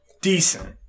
decent